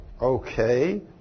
okay